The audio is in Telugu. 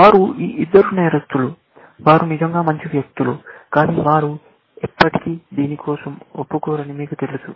వారు ఈ ఇద్దరు నేరస్థులు వారు నిజంగా మంచి వ్యక్తులు కానీ వారు ఎప్పటికీ దేనికోసం ఒప్పుకోరని మీకు తెలుసు